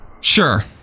Sure